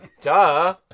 Duh